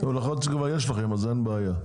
כבר יש לכם אז אין בעיה,